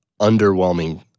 underwhelming